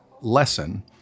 lesson